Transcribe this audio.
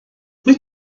wyt